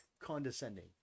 condescending